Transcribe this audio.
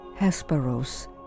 hesperos